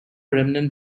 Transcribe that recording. remnant